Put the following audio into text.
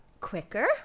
quicker